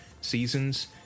seasons